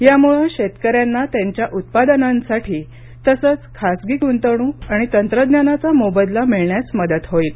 यामुळं शेतकऱ्यांना त्यांच्या उत्पादनांसाठी तसेच खासगी गुंतवणूक आणि तंत्रज्ञानाचा मोबदला मिळण्यास मदत होईल